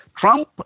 Trump